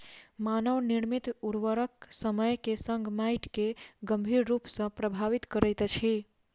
मानव निर्मित उर्वरक समय के संग माइट के गंभीर रूप सॅ प्रभावित करैत अछि